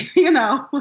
you know.